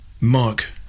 Mark